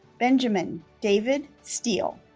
benjamin david steele